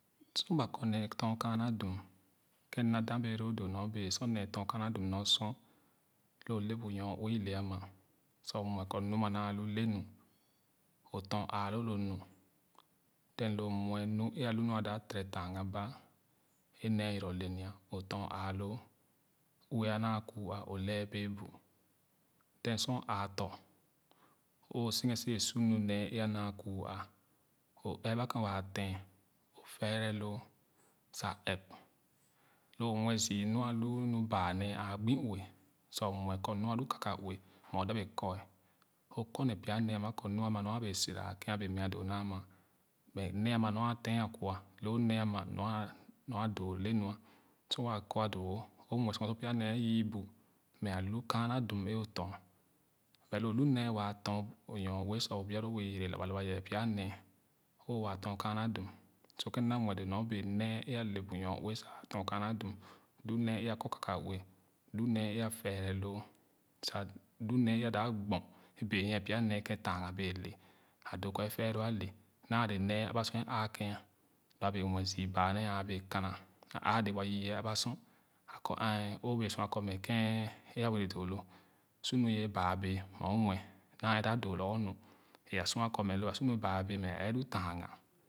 Sor ba kɔ nee dɔn kaana dum ken m da da bee loo doo nu bee sor nee tɔn kaana dun nor sor loo le bu nyoue ile ama sa o muɛ kɔ nɔa mɛ ana loo lenu tɔn ààloo lo nu then lo o muɛ e alu nu e dap tere tanga ba e nee yoro le nia o tɔn ààloo ile aa naa kuu a o lɛɛ béé bu then sor aatɔ o senken wɛɛ su nu nee e anaa kuu a o ɛrɛ ba ken waa ten o fɛrɛloo sa ɛp lo muɛ zü mu alu nu baa nee aa gbo ue sa o muɛ kɔ nu alu kakaue mɛ o da wɛɛ kɔa o kɔ mɛ pya nee ama kɔ mɔa. ama bee sira ken abɛɛ meah doo naa ma but nee ama nyo a ten akwɔ loo nee ama nɔa doo lenu sor waa kɔ doo wo o muɛ kɔ sor pya nee o yü bu mɛ alu kaana dum eo tɔn mɛ le o lu nee waa tɔn bu nyoue sa i bia loo bɛɛ yɛrɛ labalaba yer piga nee o waa dɔn kaana dum lu nee e akɔ kakaue lu nee e afɛrɛloo sa lu nee e a dap gbon bee nyie pya nee e ken tanga bee le a doo kɔ efɛɛloo ace naa le nee aba sor ããkan lo a bɛɛ muɛ zü baa nee a wɛɛ kana aa dee wa yü ye aba sor akɔ aan o bee sua kɔ mɛ ken e wɛɛ doɔ loo su nu ye baa bɛɛ mɛ o muɛ nee a doo lorgor nu e a sua kɔ mɛ a su nu ye bàà bɛɛ mɛ lu tanga.